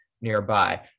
nearby